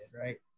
right